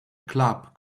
club